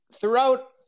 throughout